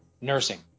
nursing